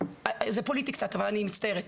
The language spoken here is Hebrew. זה פוליטי קצת ואני מצטערת,